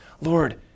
Lord